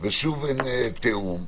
ושוב אין תיאום.